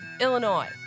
Illinois